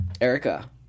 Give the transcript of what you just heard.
Erica